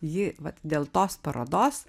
ji vat dėl tos parodos